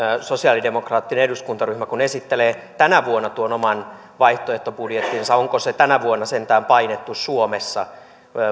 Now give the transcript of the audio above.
sosialidemokraattinen eduskuntaryhmä esittelee tänä vuonna oman vaihtoehtobudjettinsa onko se tänä vuonna sentään painettu suomessa